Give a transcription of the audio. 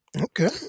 Okay